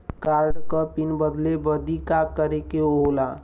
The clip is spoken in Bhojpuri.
कार्ड क पिन बदले बदी का करे के होला?